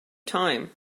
time